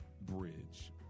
Bridge